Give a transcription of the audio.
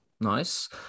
Nice